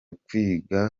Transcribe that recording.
kwiga